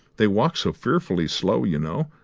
they walk so fearfully slow, you know,